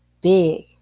Big